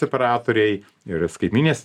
operatoriai ir skaitmeninės